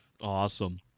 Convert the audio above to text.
Awesome